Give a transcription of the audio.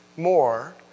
more